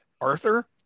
Arthur